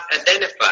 identify